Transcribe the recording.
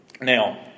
Now